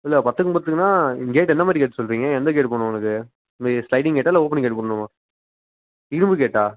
இல்லை பத்துக்குப் பத்துக்குன்னா கேட் எந்த மாதிரி கேட் சொல்கிறீங்க எந்த கேட் போடணும் உங்களுக்கு இந்த ஸ்லைடிங் கேட்டா இல்லை ஓப்பனிங் கேட் போடணுமா இரும்பு கேட்டா